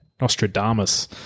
Nostradamus